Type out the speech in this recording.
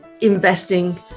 investing